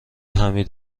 حمید